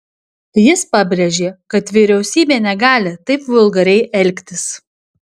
jis pabrėžė kad vyriausybė negali taip vulgariai elgtis